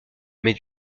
mais